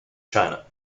china